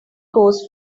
goes